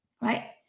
Right